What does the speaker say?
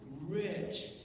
rich